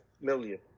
million